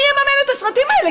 מי יממן את הסרטים האלה?